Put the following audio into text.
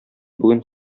бүген